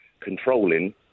controlling